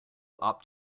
opt